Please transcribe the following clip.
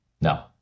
no